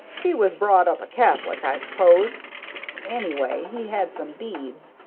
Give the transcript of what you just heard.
he was brought up a catholic, i s'pose anyway, he had some beads,